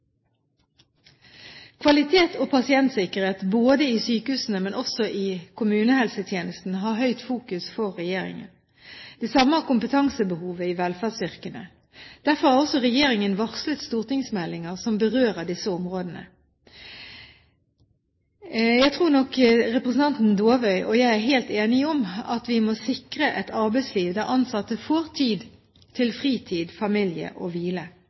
kvalitet og pasientsikkerhet, både i sykehusene og i kommunehelsetjenesten. Det samme gjelder kompetansebehovet i velferdsyrkene. Derfor har også regjeringen varslet stortingsmeldinger som berører disse områdene. Jeg tror nok representanten Dåvøy og jeg er helt enige om at vi må sikre et arbeidsliv der ansatte får tid til fritid, familie og hvile.